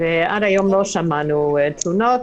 ועד היום לא שמענו תלונות.